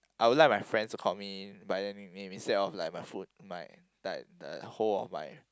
I would like my friends to call me by the nickname instead of like my full my that the whole of my